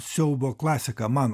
siaubo klasika man